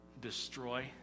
destroy